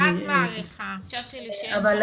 גם בשבוע הבא יש לנו ישיבות,